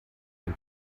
dem